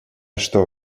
что